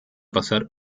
pasar